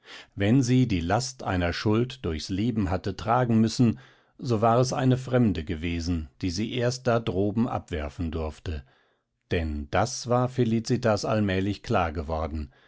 wenn sie die last einer schuld durchs leben hatte tragen müssen so war es eine fremde gewesen die sie erst da droben abwerfen durfte denn das war felicitas allmählich klar geworden